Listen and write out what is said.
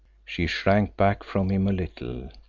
she shrank back from him a little,